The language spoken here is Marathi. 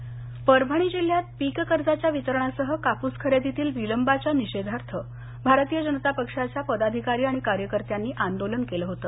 कापूस परभणी जिल्ह्यात पीककर्जाच्या वितरणासह काप्रस खरेदीतील विलंबाच्या निषेधार्थ भारतीय जनता पक्षाच्या पदाधिकारी आणि कार्यकर्त्यांनी आंदोलन केल होत